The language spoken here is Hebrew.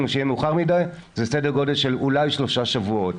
שיהיה מאוחר מדי זה סדר גודל של אולי שלושה שבועות.